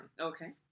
Okay